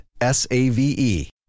S-A-V-E